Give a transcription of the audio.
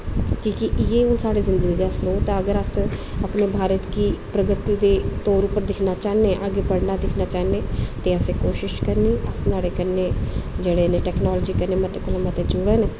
कि केह् इ'यै हून साढ़ी जिन्दगी दा स्रोत ऐ अगर अस अपने भारत गी प्रगति दे तौर उप्पर दिक्खना चाह्नेआं अगर बधना दिक्खना चाह्ने ते असें कोशश करनी अस नहाड़े कन्नै जेह्ड़े न टैकनालज़ी कन्नै मते कोला मते जुड़न